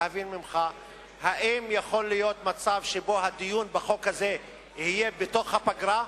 להבין ממך האם יכול להיות מצב שבו הדיון בחוק הזה יהיה בתוך הפגרה?